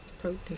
protein